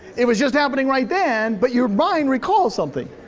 it was just happening right then, but your mind recalls something.